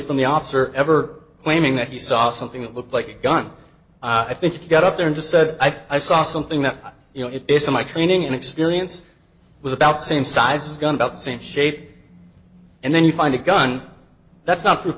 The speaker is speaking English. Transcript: from the officer ever claiming that he saw something that looked like a gun i think he got up there and just said i saw something that you know it is so my training and experience was about same size as gun about the same shape and then you find a gun that's not pro